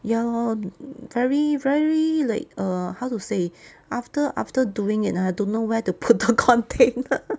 ya lor very very like err how to say after after doing it ah I don't know where to put the container